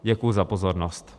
Děkuji za pozornost.